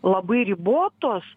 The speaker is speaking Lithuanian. labai ribotos